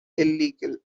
illegal